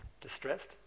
Distressed